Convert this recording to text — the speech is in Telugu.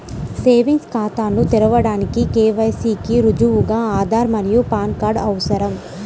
సేవింగ్స్ ఖాతాను తెరవడానికి కే.వై.సి కి రుజువుగా ఆధార్ మరియు పాన్ కార్డ్ అవసరం